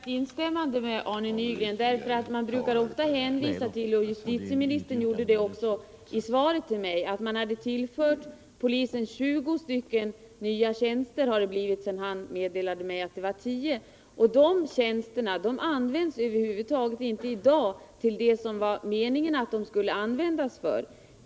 Herr talman! Jag vill instämma i Arne Nygrens uttalande. Man brukar ofta säga — och det gjorde också justitieministern i svaret till mig — att man tillför polisen nya tjänster. Nu har det ju blivit 20 nya tjänster, sedan han meddelade mig att det rörde sig om 10. Dessa tjänster används emellertid inte i dag som det egentligen var meningen att de skulle användas.